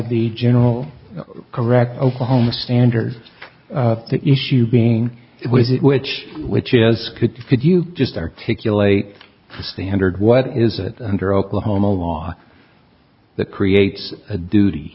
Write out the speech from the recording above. the general correct oklahoma standard the issue being it was it which which is could you could you just articulate a standard what is it under oklahoma law that creates a duty